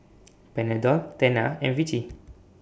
Panadol Tena and Vichy